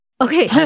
Okay